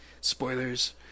Spoilers